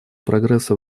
прогресса